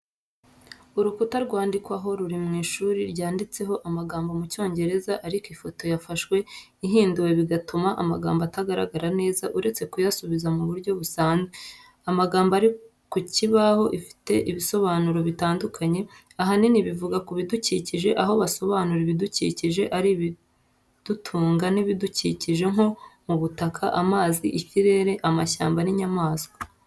Urukuta rwandikwaho ruri mu ishuri rwanditseho amagambo mu cyongereza ariko ifoto yafashwe ihinduwe bigatuma amagambo atagaragara neza uretse kuyasubiza mu buryo busanzwe. Amagambo ari ku kibaho afiteaibisobanuro bitandukanye ahanini bivuga ku bidukikije aho basobanura ibidukikije ari ibidutunga n’ibidukikije nko mu butaka, amazi, ikirere, amashyamba n’inyamaswa.